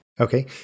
Okay